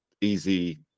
easy